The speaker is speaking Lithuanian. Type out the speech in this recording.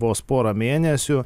vos pora mėnesių